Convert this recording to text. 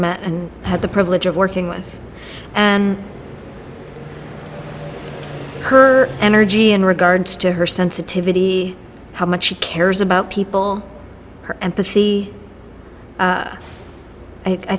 met and had the privilege of working with and her energy in regards to her sensitivity how much she cares about people her empathy